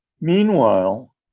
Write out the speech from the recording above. Meanwhile